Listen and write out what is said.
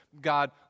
God